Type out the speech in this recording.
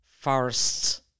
forests